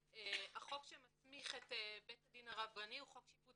החוק שמסמיך את בית הדין הרבני הוא חוק שיפוט